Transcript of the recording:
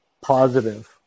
positive